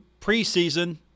preseason